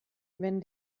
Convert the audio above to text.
wenn